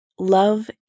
love